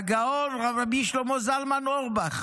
והגאון רבי שלמה זלמן אוירבך